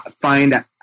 find